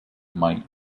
might